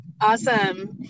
Awesome